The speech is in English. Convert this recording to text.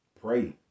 Pray